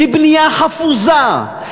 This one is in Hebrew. בבנייה חפוזה,